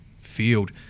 field